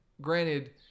Granted